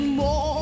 more